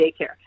daycare